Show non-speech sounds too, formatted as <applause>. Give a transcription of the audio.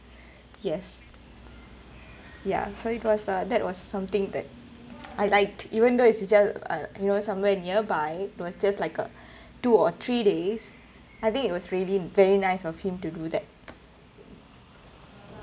yes yeah so it was uh that was something that I like even though it's a just uh you know somewhere nearby was just like uh <breath> two or three days I think it was really very nice of him to do that